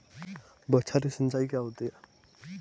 बौछारी सिंचाई क्या होती है?